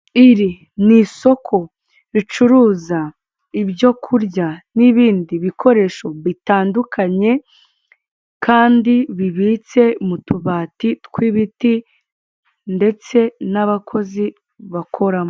Iri ni isoko ricuruza ibyo kurya n'ibindi bikoresho bitandukanye, kandi bibitse mu tubati tw'ibiti ndetse n'abakozi bakoramo.